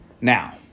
Now